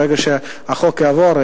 ברגע שהחוק יעבור,